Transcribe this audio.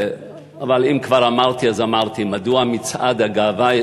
אבל אם כבר אמרתי אז אמרתי: מדוע מצעד הגאווה,